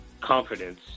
confidence